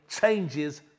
changes